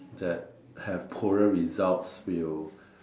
that have poorer results will